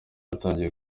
yatangiye